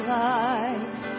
life